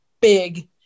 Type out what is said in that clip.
big